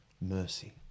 mercy